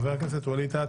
חבר הכנסת ווליד טאהא,